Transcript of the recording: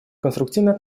конструктивной